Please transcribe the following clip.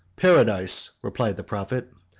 paradise, replied the prophet.